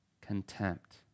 contempt